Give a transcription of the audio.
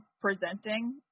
presenting